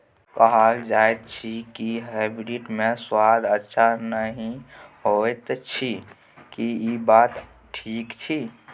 कहल जायत अछि की हाइब्रिड मे स्वाद अच्छा नही होयत अछि, की इ बात ठीक अछि?